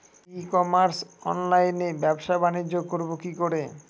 ই commerce অনলাইনে ব্যবসা বানিজ্য করব কি করে?